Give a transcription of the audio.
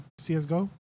CSGO